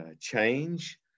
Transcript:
change